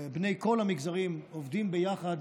בני כל המגזרים, עובדים ביחד,